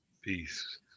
Peace